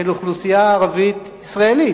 של אוכלוסייה ערבית-ישראלית,